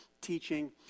teaching